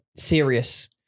Serious